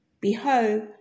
Behold